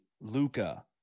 Luca